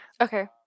Okay